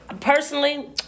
personally